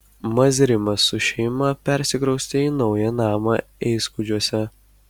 mazrimas su šeima persikraustė į naują namą eiskudžiuose